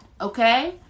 okay